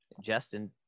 Justin